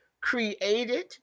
created